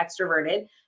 extroverted